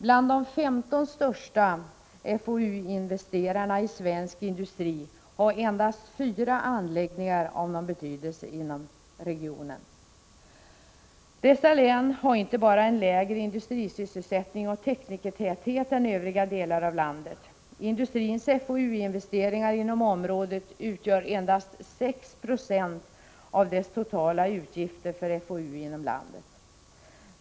Bland de 15 största FoU-investerarna i svensk industri har endast 4 anläggningar av någon betydelse inom regionen. Dessa län har inte bara en lägre industrisysselsättning och teknikertäthet än övriga delar av landet. Industrins FoU-investeringar inom området utgör endast 6 96 av dess totala utgifter för FOU inom landet.